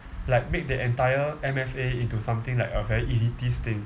like make the entire M_F_A into something like a very elitist thing